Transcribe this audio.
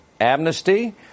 amnesty